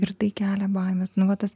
ir tai kelia baimes na va tas